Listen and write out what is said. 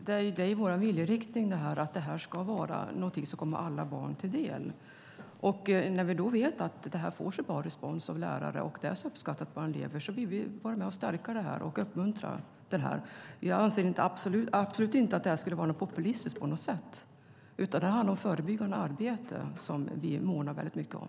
Herr talman! Det är vår viljeriktning att detta ska vara något som kommer alla barn till del. Eftersom vi vet att detta får så bra respons av lärare och är så uppskattat av elever vill vi vara med och stärka och uppmuntra det. Jag anser absolut inte att det skulle vara populistiskt på något sätt, utan det handlar om förebyggande arbete. Det månar vi väldigt mycket om.